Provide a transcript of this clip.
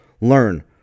learn